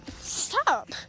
stop